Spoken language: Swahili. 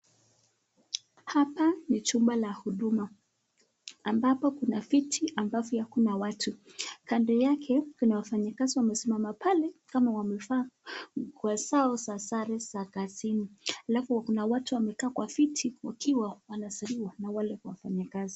Hapa ni chumba cha huduma ambapo kuna viti ambavyo havina watu, kando yake kuna wafanyi kazi wamesimama pale kama wamevaa nguo zao za sare za kazini. Alafu kuna watu wamekaa kwa viti wakiwa wanasaidiwa na wale wafanyikazi.